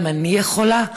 גם אני יכולה?